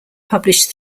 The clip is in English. published